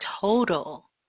total